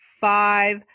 five